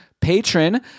patron